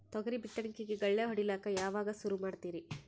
ತೊಗರಿ ಬಿತ್ತಣಿಕಿಗಿ ಗಳ್ಯಾ ಹೋಡಿಲಕ್ಕ ಯಾವಾಗ ಸುರು ಮಾಡತೀರಿ?